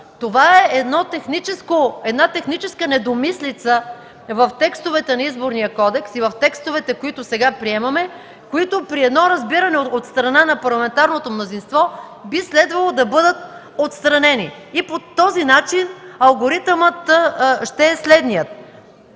Това е една техническа недомислица в текстовете на Изборния кодекс и в текстовете, които сега приемаме, което при едно разбиране от страна на парламентарното мнозинство би следвало да бъде отстранено и по този начин алгоритъмът ще е следният: